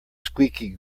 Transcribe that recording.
squeaky